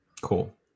Cool